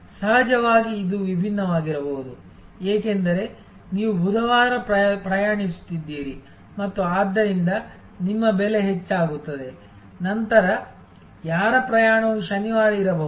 ಸಹಜವಾಗಿ ಇದು ವಿಭಿನ್ನವಾಗಿರಬಹುದು ಏಕೆಂದರೆ ನೀವು ಬುಧವಾರ ಪ್ರಯಾಣಿಸುತ್ತಿದ್ದೀರಿ ಮತ್ತು ಆದ್ದರಿಂದ ನಿಮ್ಮ ಬೆಲೆ ಹೆಚ್ಚಾಗುತ್ತದೆ ನಂತರ ಯಾರ ಪ್ರಯಾಣವು ಶನಿವಾರ ಇರಬಹುದು